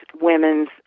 women's